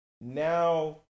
Now